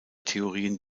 theorien